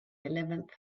eleventh